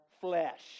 flesh